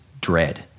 dread